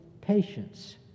patience